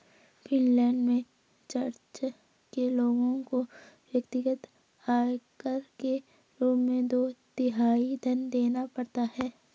Finland में church के लोगों को व्यक्तिगत आयकर के रूप में दो तिहाई धन देना पड़ता है